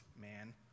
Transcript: man